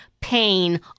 pain